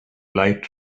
light